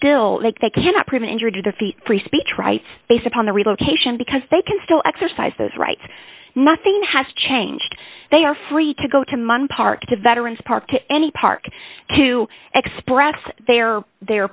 still that they cannot prevent injury to their feet free speech rights based upon the relocation because they can still exercise those rights nothing has changed they are free to go to mung park to veterans park to any park to express their their